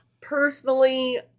personally